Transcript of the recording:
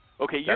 Okay